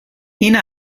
این